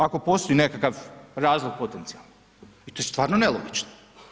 Ako postoji nekakav razlog potencijalni i to je stvarno nelogično.